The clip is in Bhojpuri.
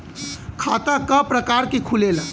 खाता क प्रकार के खुलेला?